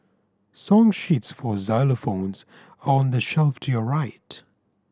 song sheets for xylophones are on the shelf to your right